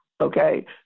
Okay